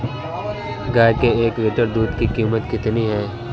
गाय के एक लीटर दूध की कीमत कितनी है?